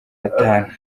atanu